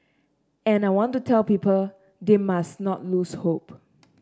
and I want to tell people they must not lose hope